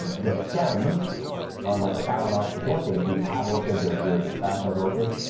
ah the stem on like a falen ops orchid, if you have orchids or if your spouse has orchids,